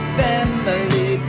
family